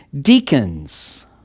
deacons